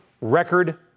record